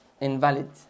invalid